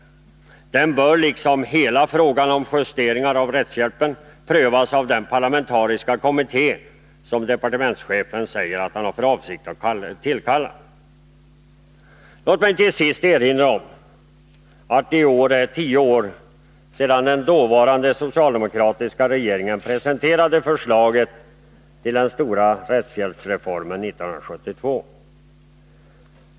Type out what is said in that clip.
Frågan om arvodesprövningen bör, liksom hela frågan om justeringar av rättshjälpen, prövas av den parlamentariska kommitté som departementschefen säger att han har för avsikt att tillkalla. Låt mig till sist erinra om att det i år är tio år sedan den dåvarande socialdemokratiska regeringen presenterade förslaget till den stora rättshjälpsreformen 1972.